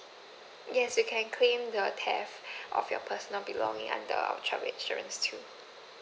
yes you can claim the theft of your personal belonging under our travel insurance too